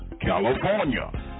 California